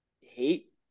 hate